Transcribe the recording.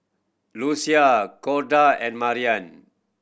Lucie Corda and Marian